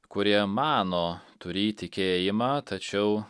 kurie mano turį įtikėjimą tačiau